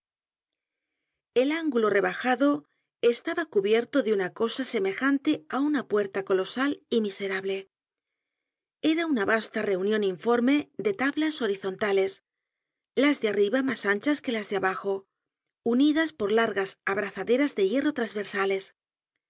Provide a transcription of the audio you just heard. el ángulo rebajado estaba cubierto de una cosa semejante á una puerta colosal y miserable era una vasta reunion informe de tablas horizontales las de arriba mas aechas que las de abajo unidas por largas abrazaderas de hierro trasversales